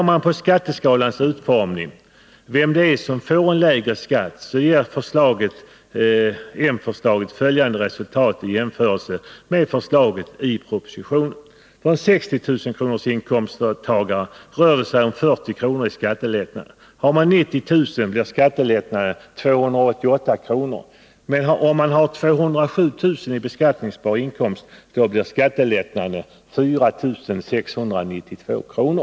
Om man ser på skatteskalans utformning — vem det är som får en lägre skatt — så finner man att det moderata förslaget ger följande resultat jämfört med förslaget i propositionen. Den som har 60 000 kr. i inkomst får 40 kr. lägre skatt. För den som tjänar 90 000 kr. blir skattelättnaden 288 kr. Den som däremot har 207 000 kr. i beskattningsbar inkomst får enligt moderaternas förslag en skattelindring på 4 692 kr.